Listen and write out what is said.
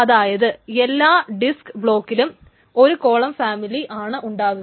അതായത് എല്ലാ ഡിസ്ക്ക് ബ്ലോകിലും ഒരു കോളം ഫാമിലി ആണ് ഉണ്ടാകുക